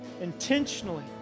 intentionally